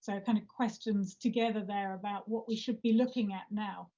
so kind of questions together there about what we should be looking at now.